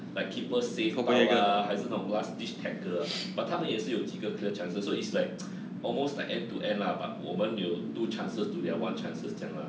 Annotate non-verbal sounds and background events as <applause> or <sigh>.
like keeper save 都 lah 还是那种 last ditch tackle ah but 他们也是有几个 clear chances so it's like <noise> almost like end to end lah but 我们有 two chances to their chances 这样 lah